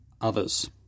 others